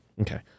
Okay